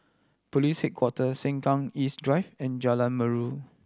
Police Headquarters Sengkang East Drive and Jalan Merdu